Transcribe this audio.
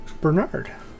Bernard